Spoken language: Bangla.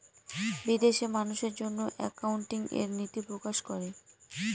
বিদেশে মানুষের জন্য একাউন্টিং এর নীতি প্রকাশ করে